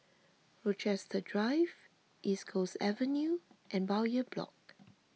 Rochester Drive East Coast Avenue and Bowyer Block